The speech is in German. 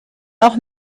auch